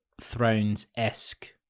Thrones-esque